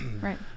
Right